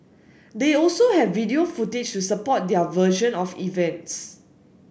they also have video footage to support their version of events